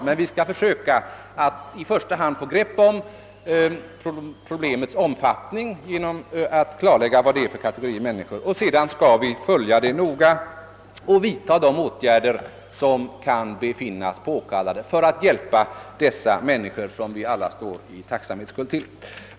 Men vi skall försöka att i första hand få ett grepp om problemets omfattning genom att klarlägga vad det är för kategorier av människor det gäller och sedan följa utvecklingen noga och vidta de åtgärder som kan befinnas vara påkallade för att hjälpa dessa människor, som vi alla står i tacksamhetsskuld till.